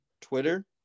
Twitter